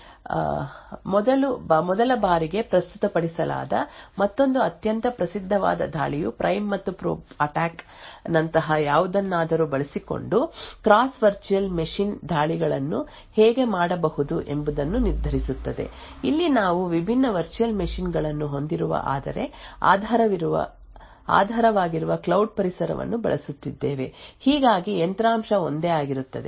2009 ರಲ್ಲಿ ರಿಸ್ಟೆನ್ಪಾರ್ಟ್ನಿಂದ ಈ ನಿರ್ದಿಷ್ಟ ಪೇಪರ್ ನಲ್ಲಿ ಮೊದಲ ಬಾರಿಗೆ ಪ್ರಸ್ತುತಪಡಿಸಲಾದ ಮತ್ತೊಂದು ಅತ್ಯಂತ ಪ್ರಸಿದ್ಧವಾದ ದಾಳಿಯು ಪ್ರೈಮ್ ಮತ್ತು ಪ್ರೋಬ್ ಅಟ್ಯಾಕ್ ನಂತಹ ಯಾವುದನ್ನಾದರೂ ಬಳಸಿಕೊಂಡು ಕ್ರಾಸ್ ವರ್ಚುಯಲ್ ಮೆಷಿನ್ ದಾಳಿಗಳನ್ನು ಹೇಗೆ ಮಾಡಬಹುದು ಎಂಬುದನ್ನು ನಿರ್ಧರಿಸುತ್ತದೆ ಇಲ್ಲಿ ನಾವು ವಿಭಿನ್ನ ವರ್ಚುಯಲ್ ಮೆಷಿನ್ ಗಳನ್ನು ಹೊಂದಿರುವ ಆದರೆ ಆಧಾರವಾಗಿರುವ ಕ್ಲೌಡ್ ಪರಿಸರವನ್ನು ಬಳಸುತ್ತಿದ್ದೇವೆ ಹೀಗಾಗಿ ಯಂತ್ರಾಂಶ ಒಂದೇ ಆಗಿರುತ್ತದೆ